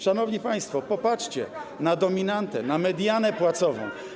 Szanowni państwo, popatrzcie na dominantę, na medianę płacową.